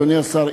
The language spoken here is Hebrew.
אדוני השר,